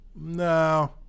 No